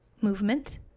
movement